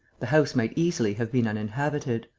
the house might easily have been uninhabited.